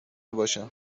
باشم